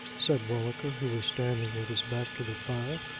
said walliker, who was standing with his back to the fire,